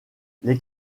les